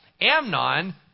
Amnon